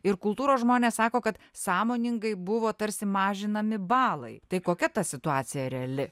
ir kultūros žmonės sako kad sąmoningai buvo tarsi mažinami balai tai kokia ta situacija reali